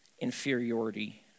inferiority